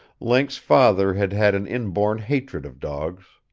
link's father had had an inborn hatred of dogs.